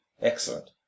excellent